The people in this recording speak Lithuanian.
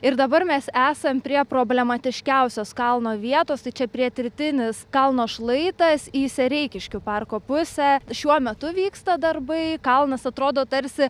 ir dabar mes esam prie problematiškiausios kalno vietos tai čia pietrytinis kalno šlaitas į sereikiškių parko pusę šiuo metu vyksta darbai kalnas atrodo tarsi